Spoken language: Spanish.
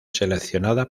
seleccionada